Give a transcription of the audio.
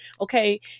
okay